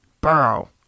Burrow